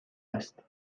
است